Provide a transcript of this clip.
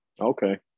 Okay